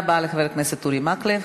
תודה רבה לחבר הכנסת אורי מקלב.